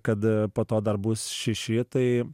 kad po to dar bus šeši tai